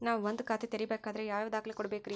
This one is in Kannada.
ನಾನ ಒಂದ್ ಖಾತೆ ತೆರಿಬೇಕಾದ್ರೆ ಯಾವ್ಯಾವ ದಾಖಲೆ ಕೊಡ್ಬೇಕ್ರಿ?